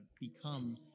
become